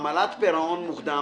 עמלת פירעון מוקדם